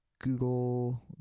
Google